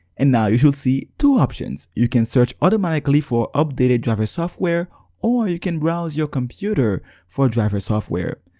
and now you should see two options you can search automatically for updated driver software or you can browse your computer for driver software.